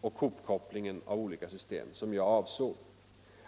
och hopkopplingen av olika system som jag har avsett.